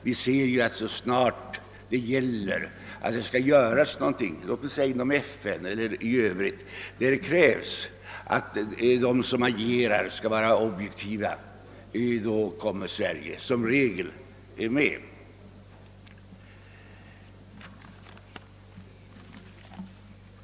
Vi vet att så snart någonting skall göras, låt oss säga inom FN, där det krävs att de som agerar skall vara neutrala och objektiva, så kommer Sverige i regel med.